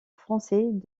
français